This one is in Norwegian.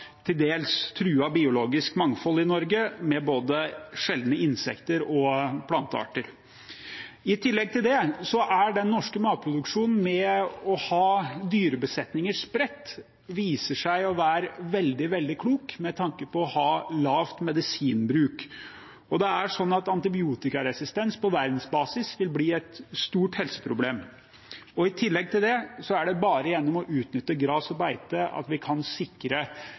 til dels truet biologisk mangfold i Norge, med både sjeldne insekter og plantearter. I tillegg viser det seg at den norske matproduksjonen, med spredte dyrebesetninger, er veldig, veldig klok med tanke på å ha lav medisinbruk. På verdensbasis vil antibiotikaresistens bli et stort helseproblem. I tillegg til det er det bare gjennom å utnytte gress og beite at vi kan sikre